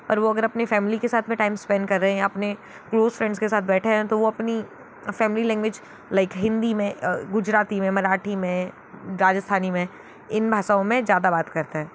और वो अगर अपनी फैमली के साथ में टाइम स्पेंड कर रहे हैं अपने क्लोज़ फ्रेंड्स के साथ बैठे हैं तो वो अपनी फैमली लैंग्वेज लाइक हिंदी में गुजराती में मराठी में राजस्थानी में इन भाषाओं में ज़्यादा बात करते हैं